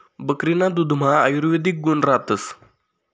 बकरीना दुधमा आयुर्वेदिक गुण रातस